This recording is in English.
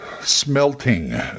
smelting